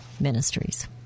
Ministries